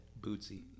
Bootsy